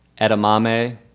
edamame